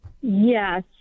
Yes